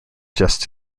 just